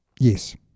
Yes